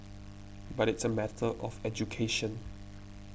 but it's a matter of education